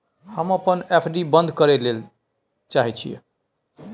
हम अपन एफ.डी बंद करय ले चाहय छियै